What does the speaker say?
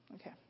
Okay